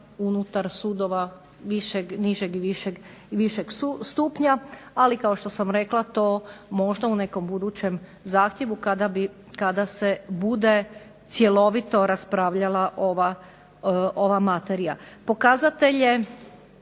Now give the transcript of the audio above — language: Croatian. unutar sudova nižeg i višeg stupnja. Ali kao što sam rekla to možda u nekom budućem zahtjevu kada se bude cjelovito raspravljala ova materija.